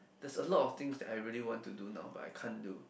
there's a lot of things that I really want to do now but I can't do